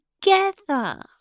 together